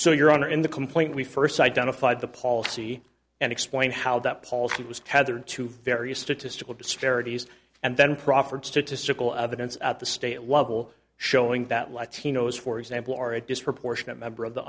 so your honor in the complaint we first identified the policy and explained how that policy was tethered to various statistical disparities and then proffered statistical evidence at the state level showing that latinos for example are a disproportionate member of the